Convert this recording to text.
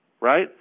right